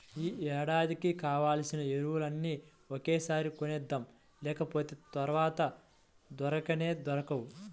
యీ ఏడాదికి కావాల్సిన ఎరువులన్నీ ఒకేసారి కొనేద్దాం, లేకపోతె తర్వాత దొరకనే దొరకవు